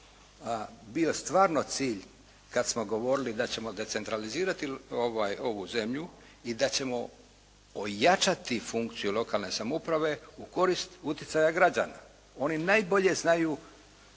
bio stvarno cilj kad smo govorili da ćemo decentralizirati ovu zemlju i da ćemo ojačati funkciju lokalne samouprave u korist utjecaja građana. Oni najbolje znaju